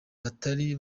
batari